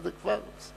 זה כבר.